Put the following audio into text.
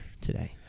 today